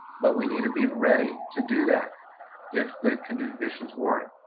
but we need to be ready to do that if the conditions warrant.